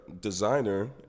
designer